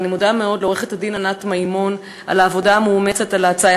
ואני מודה מאוד לעורכת-הדין ענת מימון על העבודה המאומצת על ההצעה,